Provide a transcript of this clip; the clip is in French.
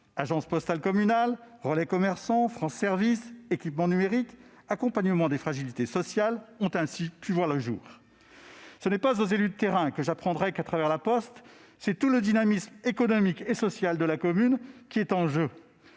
agences postales communales, relais commerçants, guichets France services, équipements numériques, accompagnements des fragilités sociales ont ainsi pu voir le jour. Ce n'est pas aux élus de terrain que j'apprendrai qu'à travers La Poste, c'est tout le dynamisme économique et social de la commune qui est en jeu.